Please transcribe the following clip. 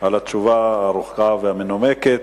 על התשובה הארוכה והמנומקת.